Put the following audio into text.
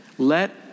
Let